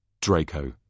Draco